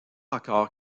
encore